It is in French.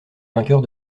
vainqueurs